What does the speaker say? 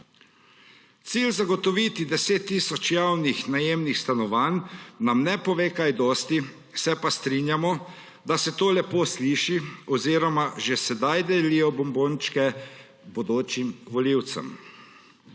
Cilj zagotoviti 10 tisoč javnih najemnih stanovanj nam ne pove kaj dosti, se pa strinjamo, da se to lepo sliši, oziroma že sedaj delijo bombončke bodočim volivcem.